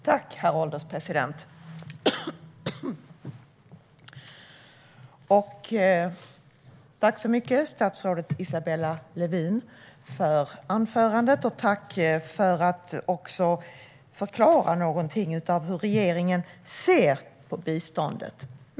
Herr ålderspresident! Tack så mycket, statsrådet Isabella Lövin, för anförandet! Jag tackar också för att hon förklarar någonting av hur regeringen ser på biståndet.